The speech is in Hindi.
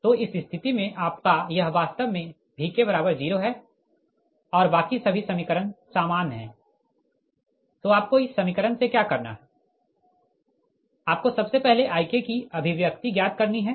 तो इस स्थिति में आपका यह वास्तव में Vk0 है और बाकी सभी समीकरण सामान है तो आपको इस समीकरण से क्या करना है आपको सबसे पहले Ik की अभिव्यक्ति ज्ञात करनी है